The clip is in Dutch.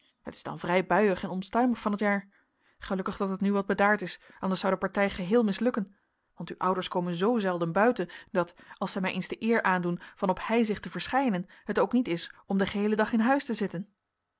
het is dan vrij buiig en onstuimig van t jaar gelukkig dat het nu wat bedaard is anders zou de partij geheel mislukken want uw ouders komen zoo zelden buiten dat als zij mij eens de eer aandoen van op heizicht te verschijnen het ook niet is om den geheelen dag in huis te zitten